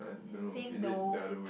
is the same though